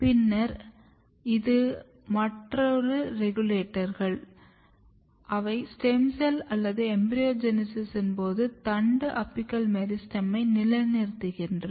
பின்னர் இது மற்ற ரெகுலேட்டர்கள் அவை ஸ்டெம் செல் அல்லது எம்பிரியோஜெனிசிஸ் போது தண்டு அபிக்கல் மெரிஸ்டெமை நிலைநிறுத்துகின்றது